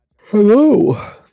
hello